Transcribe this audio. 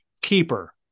Keeper